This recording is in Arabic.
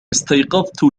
استيقظت